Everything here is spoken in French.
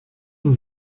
nous